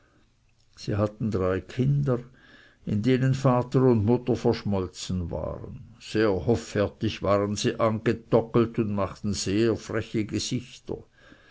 sie hatten drei kinder in denen vater und mutter verschmolzen waren sehr hoffärtig waren sie angetoggelt und machten sehr freche gesichter